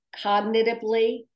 cognitively